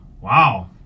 Wow